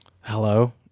hello